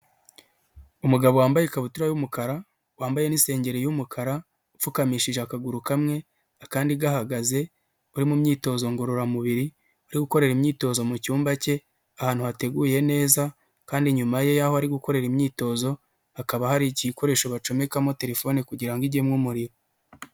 Umugabo wambaye ikabutura y'umukara, wambaye niinsengeri y'umukara, upfukamishije akaguru kamwe, akandi gahagaze, uri mu myitozo ngororamubiri, uri gukorera imyitozo mu cyumba cye, ahantu hateguye neza, kandi nyuma ye y'aho ari gukorera imyitozo, hakaba hari igikoresho bacomekamo telefone kugira ngo igemo umuriro.